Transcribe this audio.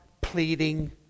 pleading